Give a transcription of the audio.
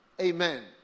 Amen